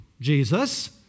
Jesus